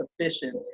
sufficient